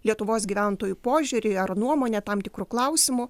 lietuvos gyventojų požiūrį ar nuomonę tam tikru klausimu